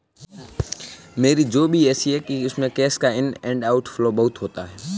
मेरी जॉब ही ऐसी है कि इसमें कैश का इन एंड आउट फ्लो बहुत होता है